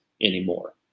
anymore